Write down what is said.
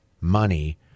money